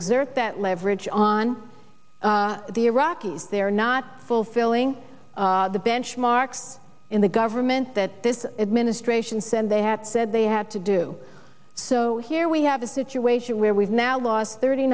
exert that leverage on the iraqis they're not fulfilling the benchmarks in the government that this administration said they had said they had to do so here we have a situation where we've now lost thirty